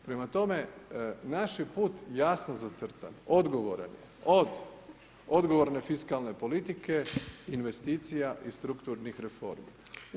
Prema tome, naš je put jasno zacrtan, odgovoran od odgovorne fiskalne politike, investicija i strukturnih reformi.